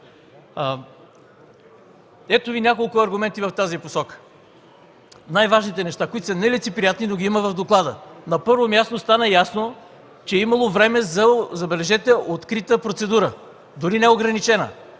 Ето Ви няколко аргумента в тази посока, най-важните неща, които са нелицеприятни, но ги има в доклада. На първо място, стана ясно, че е имало време за, забележете, открита процедура, дори неограничена.